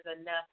enough